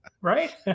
Right